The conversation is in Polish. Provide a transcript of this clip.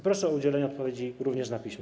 Proszę o udzielenie odpowiedzi również na piśmie.